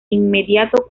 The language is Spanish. inmediato